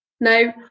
no